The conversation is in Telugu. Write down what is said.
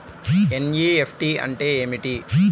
ఎన్.ఈ.ఎఫ్.టీ అంటే ఏమిటీ?